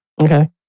Okay